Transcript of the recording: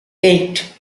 eight